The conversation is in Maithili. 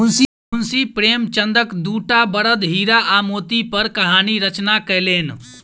मुंशी प्रेमचंदक दूटा बड़द हीरा आ मोती पर कहानी रचना कयलैन